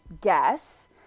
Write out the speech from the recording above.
guess